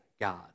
God